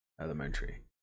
elementary